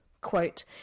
quote